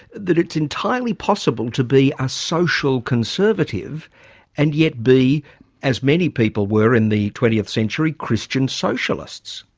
that it's entirely possible to be a social conservative and yet be as many people were in the twentieth century, christian socialists?